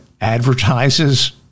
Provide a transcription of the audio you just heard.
advertises